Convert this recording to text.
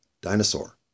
dinosaur